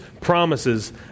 promises